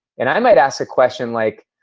and i might ask a question like,